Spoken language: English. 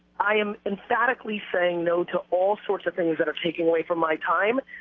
i am emphatically saying no to all sorts of things that are taking away from my time.